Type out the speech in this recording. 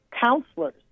counselors